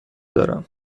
دارم